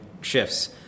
shifts